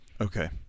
Okay